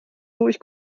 durch